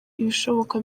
ibishoboka